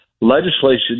legislation